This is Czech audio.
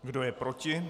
Kdo je proti?